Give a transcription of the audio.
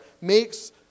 makes